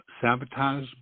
sabotage